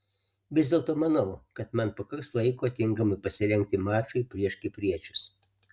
vis dėlto manau kad man pakaks laiko tinkamai pasirengti mačui prieš kipriečius